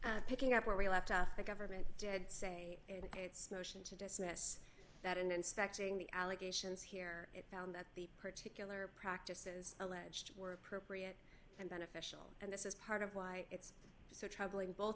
little picking up where we left off the government did say it's notion to dismiss that and inspecting the allegations here it found that the particular practices alleged were appropriate and beneficial and this is part of why it's so troubling both